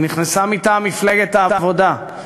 היא נכנסה מטעם מפלגת העבודה,